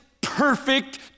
perfect